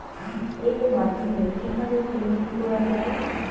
এর মাধ্যমে কিভাবে পেমেন্ট করা য়ায়?